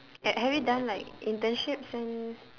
have have you done like internships and